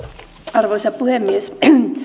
arvoisa puhemies